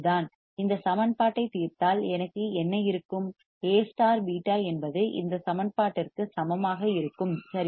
இந்த சமன்பாட்டைத் தீர்த்தால் எனக்கு என்ன இருக்கும் A β என்பது இந்த சமன்பாட்டிற்கு சமமாக இருக்கும் சரியா